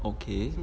okay